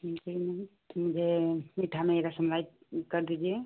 जी मुझे मीठा में रसमलाई कर दीजिए